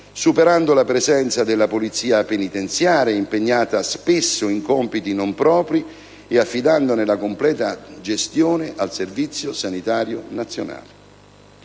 superando la presenza della Polizia penitenziaria, impegnata spesso in compiti non propri, e affidandone la completa gestione al Servizio sanitario nazionale.